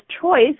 choice